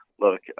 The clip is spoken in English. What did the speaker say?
Look